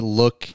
look